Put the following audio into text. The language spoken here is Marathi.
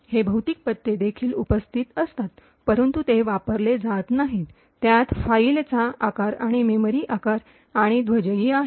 हे भौतिक पत्ते देखील उपस्थित असतात परंतु ते वापरला जात नाही त्यात फाईलचा आकार आणि मेमरी आकार आणि ध्वजाही आहेत